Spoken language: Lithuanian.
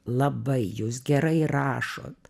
labai jūs gerai rašot